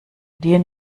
dir